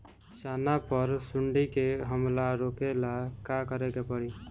चना पर सुंडी के हमला रोके ला का करे के परी?